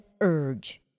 urge